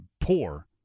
poor